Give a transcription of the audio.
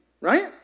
Right